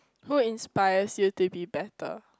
who inspires you to be better